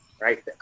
Right